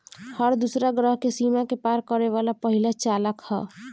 हर दूसरा ग्रह के सीमा के पार करे वाला पहिला चालक ह